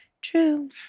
True